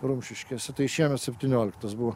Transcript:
rumšiškėse tai šiemet septynioliktas buvo